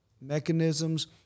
mechanisms